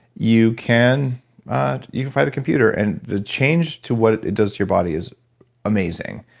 you can you can fight a computer. and the change to what it does to your body is amazing.